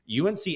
UNC